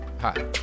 Hi